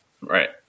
right